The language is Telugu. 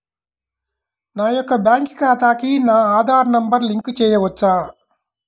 నా యొక్క బ్యాంక్ ఖాతాకి నా ఆధార్ నంబర్ లింక్ చేయవచ్చా?